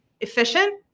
efficient